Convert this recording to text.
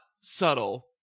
subtle